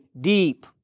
deep